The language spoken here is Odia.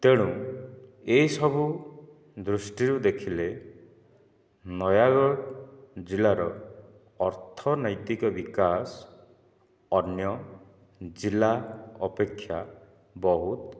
ତେଣୁ ଏ ସବୁ ଦୃଷ୍ଟିରୁ ଦେଖିଲେ ନୟାଗଡ଼ ଜିଲ୍ଲାର ଅର୍ଥନୈତିକ ବିକାଶ ଅନ୍ୟ ଜିଲ୍ଲା ଅପେକ୍ଷା ବହୁତ